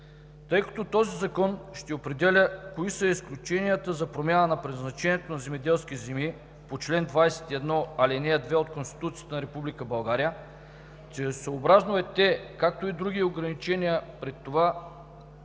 Тъй като този закон ще определя кои са изключенията за промяна на предназначението на земеделски земи по чл. 21, ал. 2 от Конституцията на Република България, целесъобразно е те, както и другите ограничения преди това,